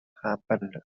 happened